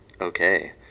okay